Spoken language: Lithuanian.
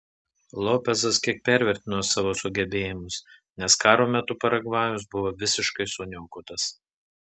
lopezas kiek pervertino savo sugebėjimus nes karo metu paragvajus buvo visiškai suniokotas